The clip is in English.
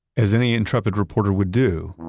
as any intrepid reporter would do,